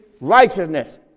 righteousness